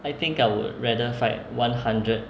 I think I would rather fight one hundred